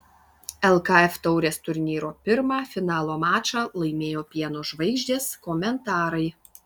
lkf taurės turnyro pirmą finalo mačą laimėjo pieno žvaigždės komentarai